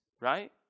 right